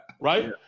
Right